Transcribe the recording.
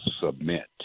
submit